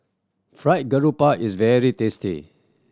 Fried Garoupa is very tasty